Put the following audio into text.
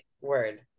Word